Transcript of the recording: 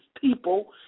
people